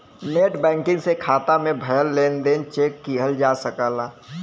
net banking से खाता में भयल लेन देन चेक किहल जा सकला